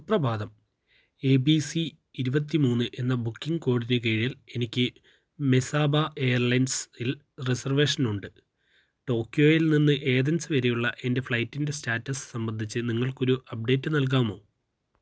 സുപ്രഭാതം A B C ഇരുപത്തി മൂന്ന് എന്ന ബുക്കിങ് കോഡിന് കീഴിൽ എനിക്ക് മെസാബാ ഏയ്ലയ്ൻസിൽ റിസർവേഷൻ ഉണ്ട് ടോക്ക്യോയിൽ നിന്ന് ഏതൻസ് വരെയുള്ള എൻ്റെ ഫ്ലൈറ്റിൻ്റെ സ്റ്റാറ്റസ് സംബന്ധിച്ചു നിങ്ങൾക്ക് ഒരു അപ്ഡേറ്റ് നൽകാമോ